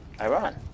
Iran